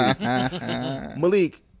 Malik